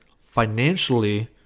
financially